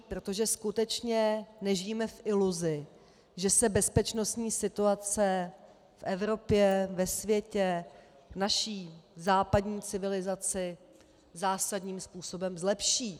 Protože skutečně nežijme v iluzi, že se bezpečnostní situace v Evropě, ve světě, v naší západní civilizaci zásadním způsobem zlepší.